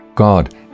God